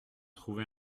trouvé